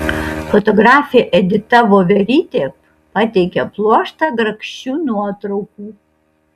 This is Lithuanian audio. fotografė edita voverytė pateikia pluoštą grakščių nuotraukų